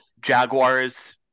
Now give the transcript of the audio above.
Jaguars